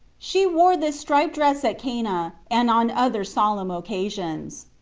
she wore this striped dress at cana and on other solemn occasions.